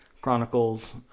Chronicles